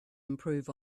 improve